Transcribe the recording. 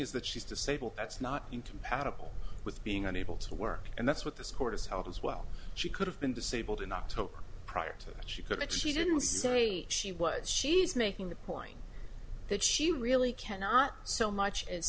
is that she's disabled that's not incompatible with being unable to work and that's what this court is out as well she could have been disabled in october prior to that she could that she didn't say she was she's making the point that she really cannot so much a